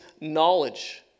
knowledge